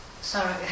Sorry